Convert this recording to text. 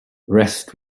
rest